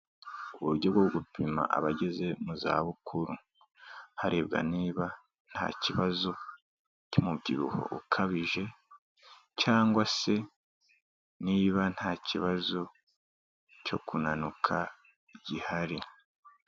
Uburyo bwo gupima abageze mu zabukuru, harebwa niba nta kibazo cy'umubyibuho ukabije cyangwa se niba nta kibazo cyo kunanuka gihari.